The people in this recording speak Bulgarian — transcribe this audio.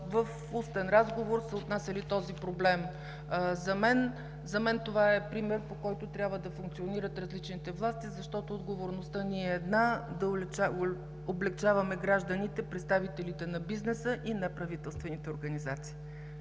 в устен разговор са отнасяли този проблем. За мен това е пример, по който трябва да функционират различните власти, защото отговорността ни е една – да облекчаваме гражданите, представителите на бизнеса и неправителствените организации.